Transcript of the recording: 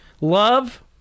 love